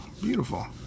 Beautiful